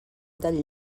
del